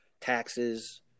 taxes